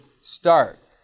start